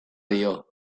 dio